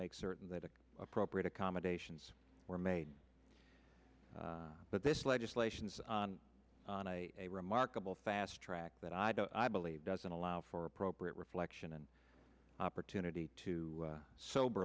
make certain that the appropriate accommodations were made but this legislation is on a remarkable fast track that i don't believe doesn't allow for appropriate reflection and opportunity to sober